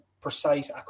precise